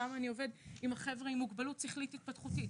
פעם עם אנשים עם מוגבלות שכלית התפתחותית.